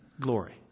glory